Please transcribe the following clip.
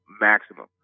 maximum